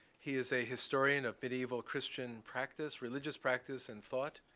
he is a historian of medieval christian practice, religious practice and thought.